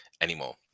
anymore